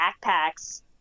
backpacks